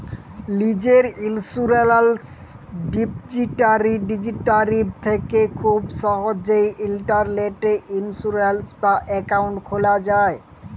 লীজের ইলসুরেলস ডিপজিটারি থ্যাকে খুব সহজেই ইলটারলেটে ইলসুরেলস বা একাউল্ট খুলা যায়